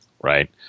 right